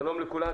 שלום לכולם.